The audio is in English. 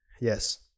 Yes